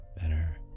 better